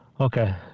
Okay